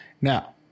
Now